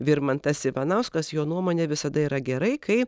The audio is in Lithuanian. virmantas ivanauskas jo nuomone visada yra gerai kai